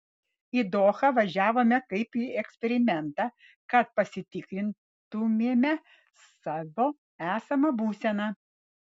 į dohą važiavome kaip į eksperimentą kad pasitikrintumėme savo esamą būseną